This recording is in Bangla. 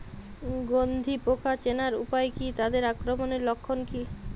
গন্ধি পোকা চেনার উপায় কী তাদের আক্রমণের লক্ষণ কী?